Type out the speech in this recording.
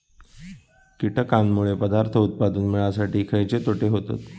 कीटकांनमुळे पदार्थ उत्पादन मिळासाठी खयचे तोटे होतत?